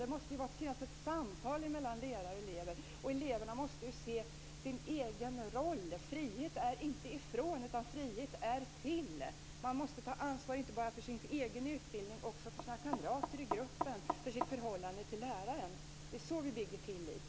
Det måste finnas ett samtal mellan lärare och elever, och eleverna måste se sin egen roll. Frihet är inte från något utan till något. Man måste ta ansvar inte bara för sin egen utbildning utan också för sina kamrater i gruppen och i sitt förhållande till läraren. Det är så vi bygger tillit.